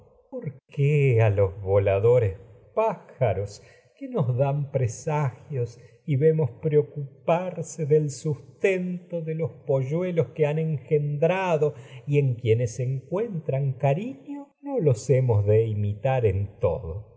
los voladores pájaros del en en que nos dan presagios lluelos y vemos preocuparse y sustento de los poque no han engendrado quienes encuentran cariño de los hemos de imitar todo